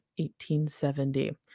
1870